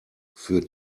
für